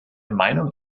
meinung